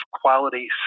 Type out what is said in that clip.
quality